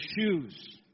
shoes